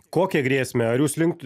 kokią grėsmę ar jūs linkt